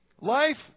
Life